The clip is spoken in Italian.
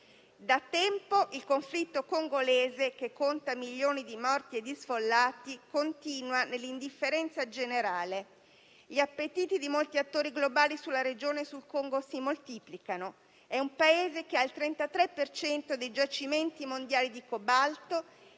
Da tempo il conflitto congolese, che conta milioni di morti e di sfollati, continua nell'indifferenza generale. Gli appetiti di molti attori globali sulla regione e sul Congo si moltiplicano. È un Paese che ha il 33 per cento dei giacimenti mondiali di cobalto,